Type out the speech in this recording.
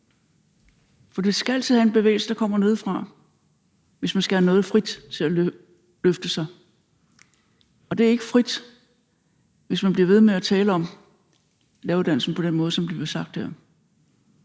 For vi skal altid have en bevægelse, der kommer nedefra, hvis man skal have noget frit til at løfte sig. Og det er ikke frit, hvis man bliver ved med at tale om læreruddannelsen på den måde, som det blev sagt der.